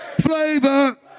Flavor